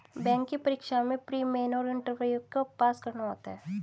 bank की परीक्षा में प्री, मेन और इंटरव्यू को पास करना होता है